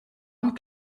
und